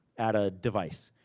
at a device.